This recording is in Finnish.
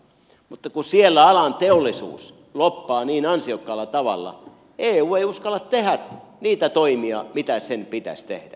mutta kun siellä alan teollisuus lobbaa niin ansiokkaalla tavalla eu ei uskalla tehdä niitä toimia mitä sen pitäisi tehdä